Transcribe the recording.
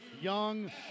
Young